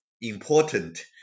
important